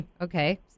okay